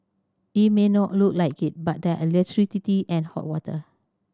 it may not look like it but there are electricity and hot water